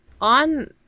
on